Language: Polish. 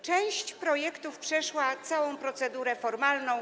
Część projektów przeszła całą procedurę formalną.